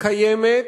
קיימת